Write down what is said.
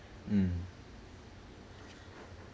mm